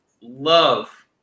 love